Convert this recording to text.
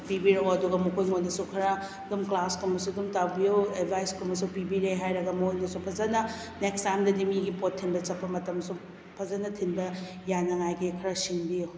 ꯄꯤꯕꯤꯔꯛꯑꯣ ꯑꯗꯨꯒ ꯃꯈꯣꯏ ꯃꯈꯣꯏꯗꯁꯨ ꯈꯔ ꯑꯗꯨꯝ ꯀ꯭ꯂꯥꯁꯀꯨꯝꯕꯁꯨ ꯑꯗꯨꯝ ꯇꯥꯛꯄꯤꯎ ꯑꯦꯗꯚꯥꯏꯁꯀꯨꯝꯕꯁꯨ ꯄꯤꯕꯤꯔꯦ ꯍꯥꯏꯔꯒ ꯃꯥꯉꯣꯟꯗꯁꯨ ꯐꯖꯅ ꯅꯦꯛꯁ ꯇꯥꯏꯝꯗꯗꯤ ꯃꯤꯒꯤ ꯄꯣꯠ ꯊꯤꯟꯕ ꯆꯠꯄ ꯃꯇꯝꯁꯨ ꯐꯖꯅ ꯊꯤꯟꯕ ꯌꯥꯅꯕꯒꯤ ꯈꯔ ꯁꯤꯟꯕꯤꯎ